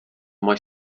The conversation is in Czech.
máš